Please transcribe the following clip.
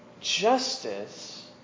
justice